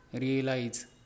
realize